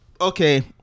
Okay